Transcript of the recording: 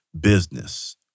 business